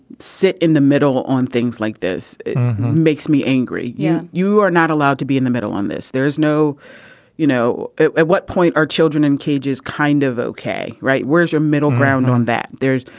sit in the middle on things like this makes me angry. yeah. you are not allowed to be in the middle on this. there is no you know at what point are children in cages kind of okay. right. where's your middle ground on that. there is.